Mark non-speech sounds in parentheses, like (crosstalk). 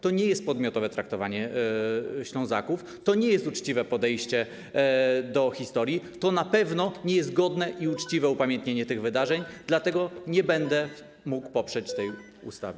To nie jest podmiotowe traktowanie Ślązaków, to nie jest uczciwe podejście do historii, to na pewno nie jest godne i uczciwe (noise) upamiętnienie tych wydarzeń, dlatego nie będę mógł poprzeć tej ustawy.